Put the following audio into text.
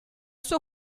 suo